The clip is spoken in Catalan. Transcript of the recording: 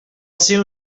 seu